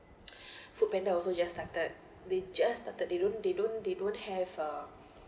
foodpanda also just started they just started they don't they don't they don't have uh